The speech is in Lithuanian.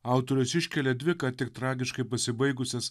autorius iškelia dvi ką tik tragiškai pasibaigusias